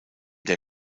der